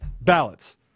ballots